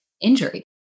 injury